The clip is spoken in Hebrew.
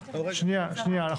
נתקדם.